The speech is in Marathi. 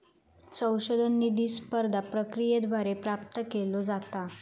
संशोधन निधी स्पर्धा प्रक्रियेद्वारे प्राप्त केलो जाता